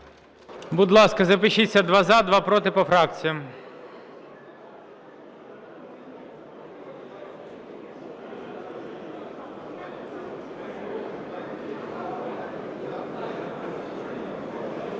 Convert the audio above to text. Будь ласка, запишіться: два – за, два – проти по фракціях.